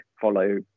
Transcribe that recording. follow